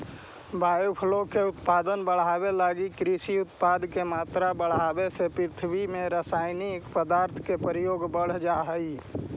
biofuel के उत्पादन लगी कृषि उत्पाद के मात्रा बढ़ावे से पृथ्वी में रसायनिक पदार्थ के प्रयोग बढ़ जा हई